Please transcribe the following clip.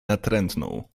natrętną